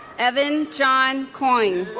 evan john coyne